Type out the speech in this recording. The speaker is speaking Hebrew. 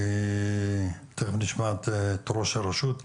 תיכף נשמע את ראש הרשות.